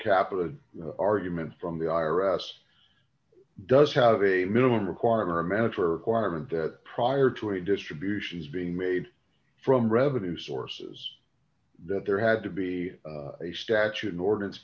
capita argument from the i r s does have a minimum requirement a manager requirement that prior to a distributions being made from revenue sources that there had to be a statute an ordinance